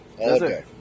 Okay